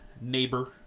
neighbor